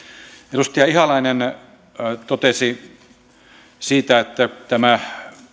edustaja ihalainen totesi siitä että tämä